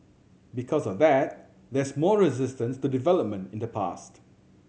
because of that there's more resistance to development in the past